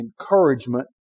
encouragement